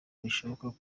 bishobora